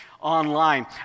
online